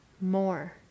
more